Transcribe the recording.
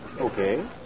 Okay